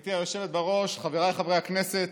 גברתי היושבת-ראש, חבריי חברי הכנסת,